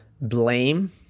blame